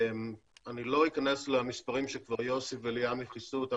אני לא אכנס למספרים שכבר יוסי וליעמי כיסו אותם,